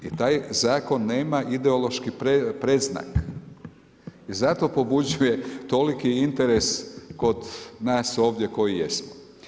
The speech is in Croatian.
I taj zakon nema ideološki predznak i zato pobuđuje toliki interes kod nas ovdje koji jesmo.